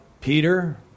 Peter